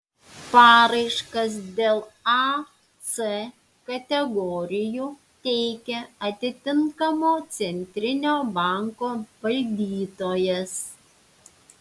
paraiškas dėl a c kategorijų teikia atitinkamo centrinio banko valdytojas